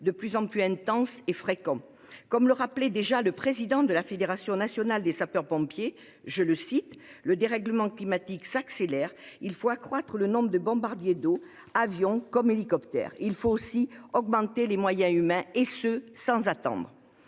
de plus en plus intenses et fréquents. Comme le rappelait déjà le président de la Fédération nationale des sapeurs-pompiers de France, « le dérèglement climatique s'accélère. Il faut accroître le nombre de bombardiers d'eau, avions comme hélicoptères. Il faut aussi augmenter les moyens humains, et ce sans attendre ».